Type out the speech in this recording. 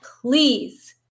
Please